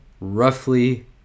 roughly